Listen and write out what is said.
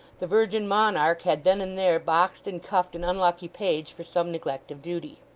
the virgin monarch had then and there boxed and cuffed an unlucky page for some neglect of duty.